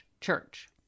church